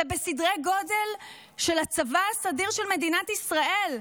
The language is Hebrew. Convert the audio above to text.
זה בסדרי גודל של הצבא הסדיר של מדינת ישראל.